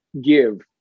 give